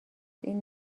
این